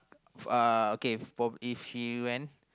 for uh for if he went